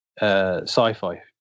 sci-fi